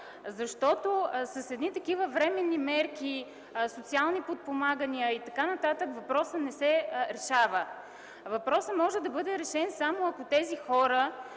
защото с едни такива временни мерки, социални подпомагания и така нататък въпросът не се решава? Въпросът може да бъде решен само, ако на тези хора